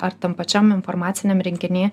ar tam pačiam informaciniam rinkiny